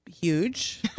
huge